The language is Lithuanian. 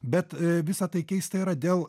bet visa tai keista yra dėl